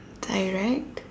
direct